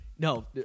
No